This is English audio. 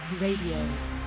Radio